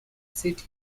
city